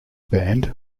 band